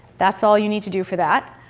that's all you need to do for that.